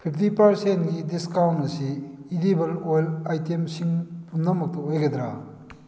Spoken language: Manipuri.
ꯐꯤꯞꯇꯤ ꯄꯥꯔꯁꯦꯟꯒꯤ ꯗꯤꯁꯀꯥꯎꯟ ꯑꯁꯤ ꯏꯗꯤꯕꯜ ꯑꯣꯏꯜ ꯑꯥꯏꯇꯦꯝꯁꯤꯡ ꯄꯨꯝꯅꯃꯛꯇ ꯑꯣꯏꯒꯗ꯭ꯔꯥ